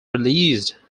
released